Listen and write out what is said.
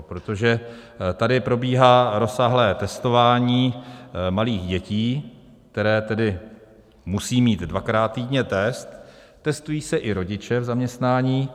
Protože tady probíhá rozsáhlé testování malých dětí, které musí mít dvakrát týdně test, testují se i rodiče v zaměstnání.